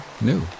new